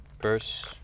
verse